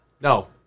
No